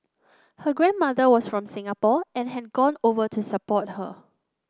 her grandmother was from Singapore and had gone over to support her